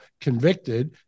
convicted